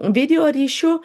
video ryšiu